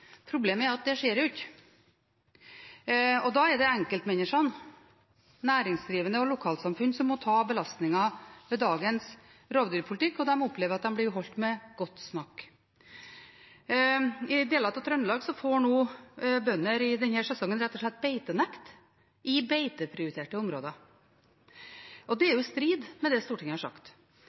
Problemet er at det skjer ikke. Da er det enkeltmenneskene, næringsdrivende og lokalsamfunn som må ta belastningen med dagens rovdyrpolitikk, og de opplever at de blir holdt med godt snakk. I deler av Trøndelag får bønder nå i denne sesongen rett og slett beitenekt – i beiteprioriterte områder! Det er i strid med det Stortinget har sagt.